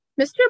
Mr